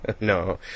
No